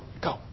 go